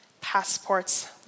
Passports